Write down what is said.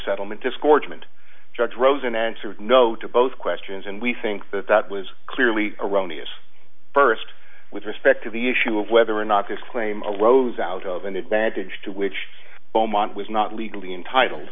settlement disgorgement judge rosen answered no to both questions and we think that that was clearly erroneous first with respect to the issue of whether or not this claim arose out of an advantage to which oman was not legally entitled